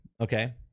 okay